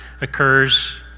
occurs